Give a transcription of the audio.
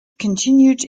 continued